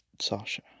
Sasha